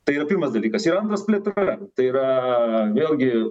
tai yra pirmas dalykas ir antras plėtra tai yra vėlgi